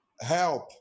Help